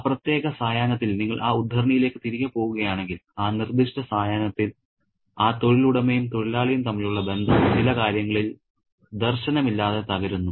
ആ പ്രത്യേക സായാഹ്നത്തിൽ നിങ്ങൾ ആ ഉദ്ധരണിയിലേക്ക് തിരികെ പോകുകയാണെങ്കിൽ ആ നിർദ്ദിഷ്ട സായാഹ്നത്തിൽ ആ തൊഴിലുടമയും തൊഴിലാളിയും തമ്മിലുള്ള ബന്ധം ചില കാര്യങ്ങളിൽ ദർശനമില്ലാതെ തകരുന്നു